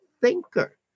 thinker